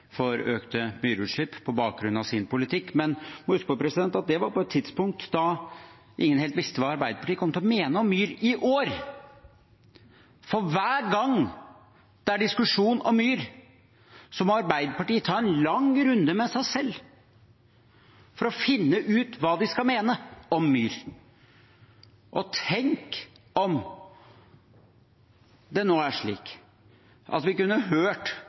for økte myrutslipp på bakgrunn av sin politikk. Men vi må huske at det var på et tidspunkt da ingen helt visste hva Arbeiderpartiet kom til å mene om myr i år. For hver gang det er diskusjon om myr, må Arbeiderpartiet ta en lang runde med seg selv for å finne ut hva de skal mene om myr. Tenk om det nå var slik at vi kunne hørt